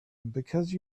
because